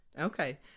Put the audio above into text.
Okay